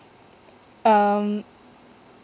um